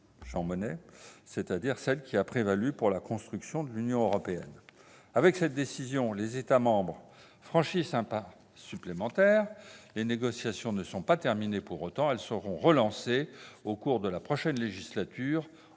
Jean Monnet !-, c'est-à-dire celle qui a prévalu pour la construction de l'Union européenne. Avec cette décision, les États membres franchissent un pas supplémentaire. Les négociations ne sont pas terminées pour autant ; elles seront relancées au cours de la prochaine législature